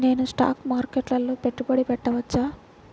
నేను స్టాక్ మార్కెట్లో పెట్టుబడి పెట్టవచ్చా?